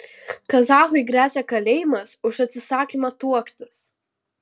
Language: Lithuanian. kazachui gresia kalėjimas už atsisakymą tuoktis